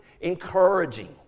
encouraging